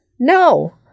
No